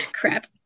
crap